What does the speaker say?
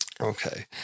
Okay